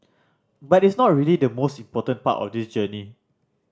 but it's not really the most important part of this journey